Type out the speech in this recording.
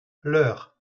leur